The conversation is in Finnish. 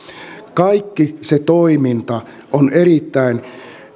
kaikki se toiminta on erittäin